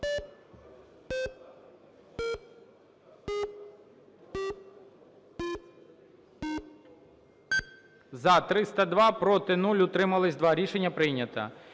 За-307 Проти – 0, утримались – 0. Рішення прийнято.